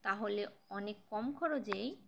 তাহলে অনেক কম খরচেই